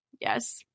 Yes